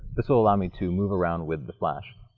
this will allow me to move around with the flash.